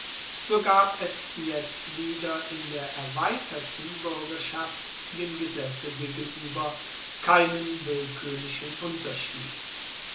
so gab es jetzt wieder in der erweiterten buergerschaft dem gesetze gegenueber keinen willkuerlichen unterschied